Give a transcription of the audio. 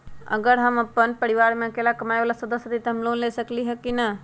अगर हम अपन परिवार में अकेला कमाये वाला सदस्य हती त हम लोन ले सकेली की न?